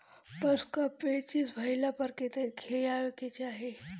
पशु क पेचिश भईला पर का खियावे के चाहीं?